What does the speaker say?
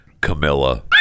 Camilla